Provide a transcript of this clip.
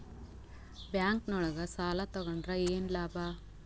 Bank ನೊಳಗ ಸಾಲ ತಗೊಂಡ್ರ ಏನು ಲಾಭ?